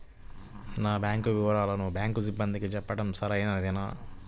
నా బ్యాంకు వివరాలను బ్యాంకు సిబ్బందికి చెప్పడం సరైందేనా?